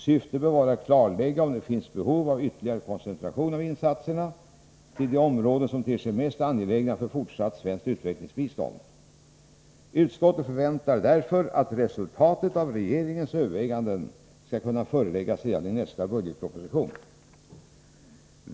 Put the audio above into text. Syftet bör vara att klarlägga om det finns behov av ytterligare koncentration av insatserna till de områden som ter sig mest angelägna för fortsatt svenskt utvecklingsbistånd. Utskottet förväntar sig därför att resultatet av regeringens överväganden skall kunna föreläggas riksdagen redan genom nästa budgetproposition.